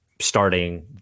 starting